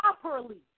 properly